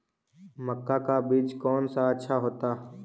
मक्का का बीज कौन सा अच्छा होता है?